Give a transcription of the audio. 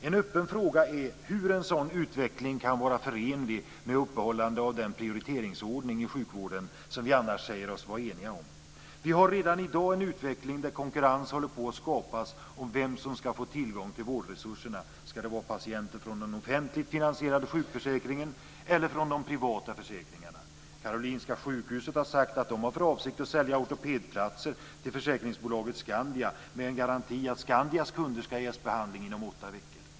En öppen fråga är hur en sådan utveckling kan vara förenlig med uppehållande av den prioriteringsordning i sjukvården som vi annars säger oss vara eniga om. Vi har redan i dag en utveckling där konkurrens håller på att skapas när det gäller vem som ska få tillgång till vårdresurserna. Ska det vara patienter från den offentligt finansierade sjukförsäkringen eller från de privata försäkringarna? Karolinska sjukhuset har sagt att man har för avsikt att sälja ortopedplatser till försäkringsbolaget Skandia med garantin att Skandias kunder ska ges behandling inom åtta veckor.